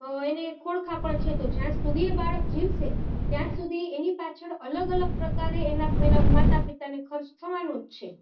એને ખોળ ખાંપણ છે તો જ્યાં સુધી એ બાળક જીવશે ત્યાં સુધી એની પાછળ અલગ અલગ પ્રકારે એના માતા પિતાને ખર્ચ થવાનો જ છે